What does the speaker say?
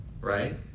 right